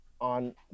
on